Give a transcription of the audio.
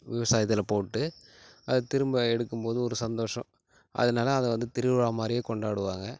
விவசாயத்தில் போட்டு அதை திரும்ப எடுக்கும்போது ஒரு சந்தோஷம் அதனால் அதை வந்து திருவிழா மாதிரியே கொண்டாடுவாங்கள்